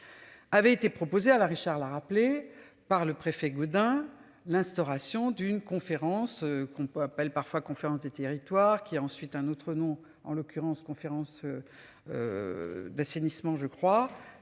Avait été proposé à la Richard l'rappelé par le préfet Gaudin l'instauration d'une conférence qu'on peut appelle parfois conférence des territoires qui a ensuite un autre nom, en l'occurrence conférence. D'assainissement. Je crois